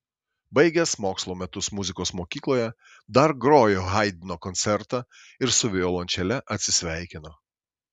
baigęs mokslo metus muzikos mokykloje dar grojo haidno koncertą ir su violončele atsisveikino